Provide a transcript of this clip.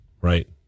right